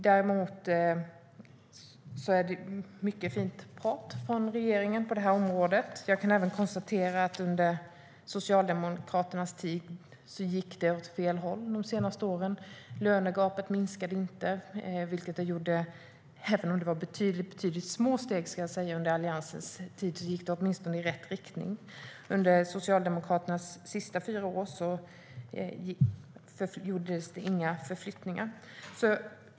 Det är mycket fint prat från regeringen på detta område, men när Socialdemokraterna sist satt vid makten gick det åt fel håll. Lönegapet minskade inte. Det gjorde det, om än i små steg, under Alliansens tid. Under Socialdemokraternas sista fyra år vid makten skedde ingen förändring.